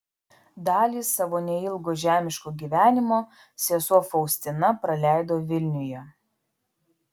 dalį savo neilgo žemiško gyvenimo sesuo faustina praleido vilniuje